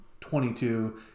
22